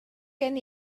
gen